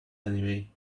anyway